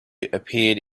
appeared